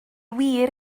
wir